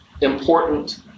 important